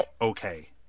okay